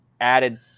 added